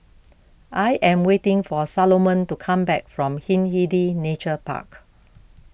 I am waiting for Salomon to come back from Hindhede Nature Park